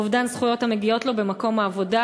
או אובדן זכויות המגיעות לו במקום העבודה.